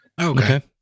Okay